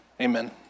Amen